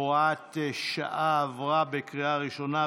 (הוראת שעה) עברה בקריאה ראשונה,